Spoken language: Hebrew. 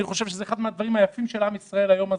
אני חושב שאחד מן הדברים היפים של עם ישראל הוא היום הזה,